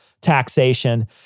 taxation